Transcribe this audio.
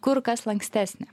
kur kas lankstesnė